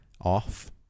off